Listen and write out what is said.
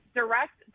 direct